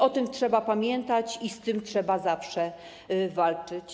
O tym trzeba pamiętać i z tym trzeba zawsze walczyć.